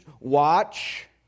watch